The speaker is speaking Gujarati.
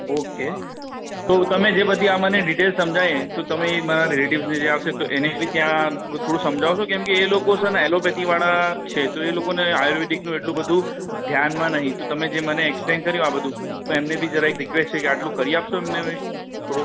ઓકે તો તમે જે બધી આ મને ડિટેલ્સ સમજાવી ને તો તમે એ મારા રિલેટિવ્ઝને એ ત્યાં આવશે તો એને બી ત્યાં થોડું સમજાવશો કેમ કે એ લોકો છે ને એ એલોપેથીવાળા છે તો એ લોકોને આયુર્વેદિકનું એટલું બધું ધ્યાનમાં નથી તો તમે જે મને એક્સપ્લેઇન આ બધું તો એમને બી જરા એક રિક્વેસ્ટ છે કે આટલું કરી આપશો એમને થોડુંક